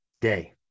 day